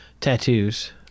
tattoos